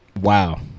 Wow